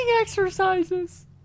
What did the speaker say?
exercises